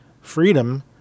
freedom –